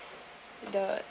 the